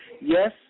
Yes